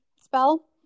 spell